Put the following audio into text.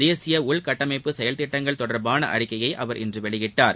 தேசிய உள்கட்டமைப்பு செயல்திட்டங்கள் தொடர்பான அறிக்கையை அவர் இன்று வெளியிட்டார்